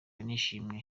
y’ishimwe